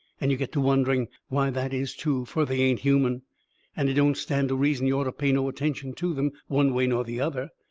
and you get to wondering why that is, too, fur they ain't human and it don't stand to reason you orter pay no attention to them, one way nor the other.